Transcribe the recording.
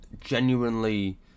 genuinely